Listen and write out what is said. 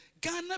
Ghana